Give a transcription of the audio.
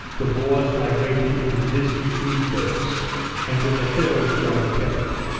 the boars migrated into the distant reed-beds and to the hills beyond the terek.